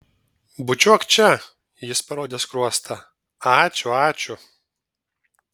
bučiuok čia jis parodė skruostą ačiū ačiū